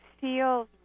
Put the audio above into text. feels